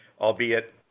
albeit